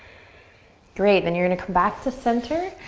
great, then you're gonna come back to center.